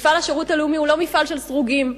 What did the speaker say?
מפעל השירות הלאומי הוא לא מפעל של סרוגים,